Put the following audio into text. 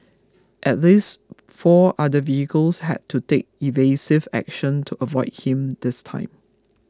at least four other vehicles had to take evasive action to avoid him this time